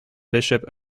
bishop